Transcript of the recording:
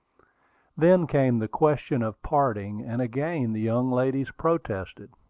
then came the question of parting, and again the young ladies protested.